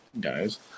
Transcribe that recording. guys